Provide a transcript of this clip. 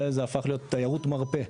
וזה הפך להיות תיירות מרפא.